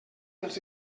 els